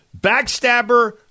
backstabber